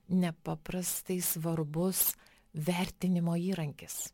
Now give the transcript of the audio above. nepaprastai svarbus vertinimo įrankis